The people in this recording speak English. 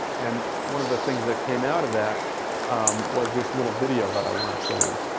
and one of the things that came out of that um was this little video that i want to show you